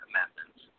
Amendments